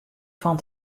fan